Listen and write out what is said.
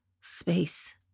space